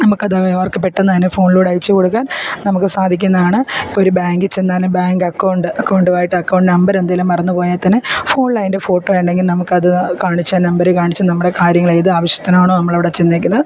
നമുക്ക് അത് അവർക്ക് പെട്ടെന്ന് തന്നെ ഫോണിലൂടെ അയച്ചു കൊടുക്കാൻ നമുക്ക് സാധിക്കുന്നതാണ് ഒരു ബാങ്കിൽ ചെന്നാലും ബാങ്ക് അക്കൗണ്ട് അക്കൗണ്ടുമായിട്ട് അക്കൗണ്ട് നമ്പർ എന്തെങ്കിലും മറന്നുപോയാൽ തന്നെ ഫോണിൽ അതിൻ്റെ ഫോട്ടോ ഉണ്ടെങ്കിൽ നമുക്കത് കാണിച്ചാൽ നമ്പർ കാണിച്ച് നമ്മുടെ കാര്യങ്ങൾ ഏത് ആവശ്യത്തിനാണോ നമ്മൾ അവിടെ ചെന്നിരിക്കുന്നത്